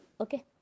Okay